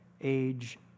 age